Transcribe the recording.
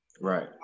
Right